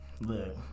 look